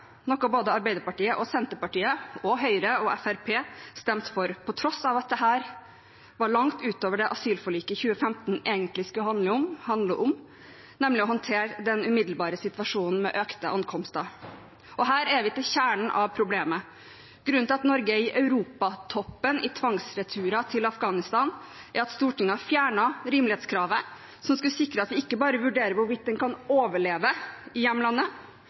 noe både Arbeiderpartiet, Senterpartiet, Høyre og Fremskrittspartiet stemte for, på tross av at dette var langt utover det asylforliket i 2015 egentlig skulle handle om, nemlig å håndtere den umiddelbare situasjonen med økte ankomster. Her er vi ved kjernen av problemet. Grunnen til at Norge er på Europa-toppen i tvangsreturer til Afghanistan, er at Stortinget har fjernet rimelighetskravet som skulle sikre at vi ikke bare vurderer hvorvidt en kan overleve i hjemlandet,